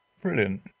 Brilliant